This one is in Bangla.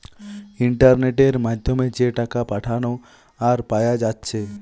ইন্টারনেটের মাধ্যমে যে টাকা পাঠানা আর পায়া যাচ্ছে